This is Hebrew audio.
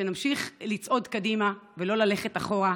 שנמשיך לצעוד קדימה ולא ללכת אחורה.